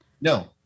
No